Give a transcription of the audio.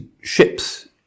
ships